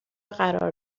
قرار